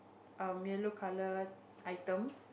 um yellow color item